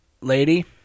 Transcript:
lady